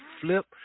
flip